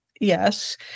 yes